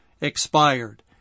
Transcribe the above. expired